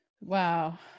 Wow